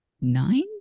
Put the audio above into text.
nine